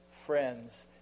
friends